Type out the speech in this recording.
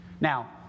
Now